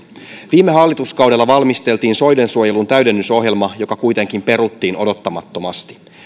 viime hallituskaudella valmisteltiin soidensuojelun täydennysohjelma joka kuitenkin peruttiin odottamattomasti